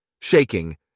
Shaking